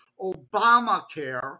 Obamacare